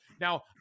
Now